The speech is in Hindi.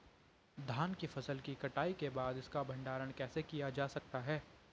धान की फसल की कटाई के बाद इसका भंडारण कैसे किया जा सकता है?